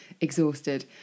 exhausted